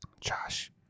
Josh